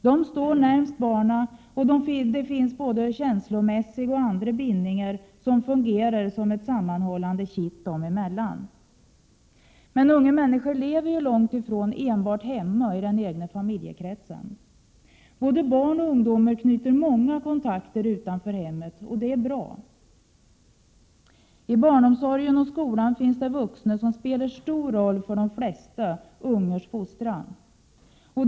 De står närmast barnet och det finns både känslomässiga och andra bindningar som fungerar som känslosammanhållande kitt dem emellan. Men en ung människa lever ju långt ifrån enbart hemma i den egna familjekretsen. Både barn och ungdomar knyter många kontakter utanför hemmet och det är bra. I barnomsorgen och skolan finns vuxna som spelar en stor roll för de flesta ungars fostran.